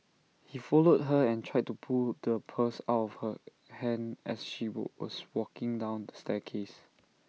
he followed her and tried to pull the purse out of her hand as she was walking down the staircase